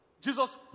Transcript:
Jesus